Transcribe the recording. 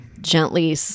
gently